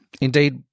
Indeed